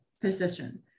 position